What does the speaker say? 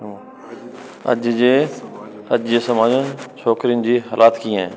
अॼु जे अॼु जे समाज में छोकरिन जी हालात कीअं ए